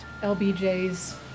LBJ's